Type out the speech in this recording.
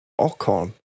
Ocon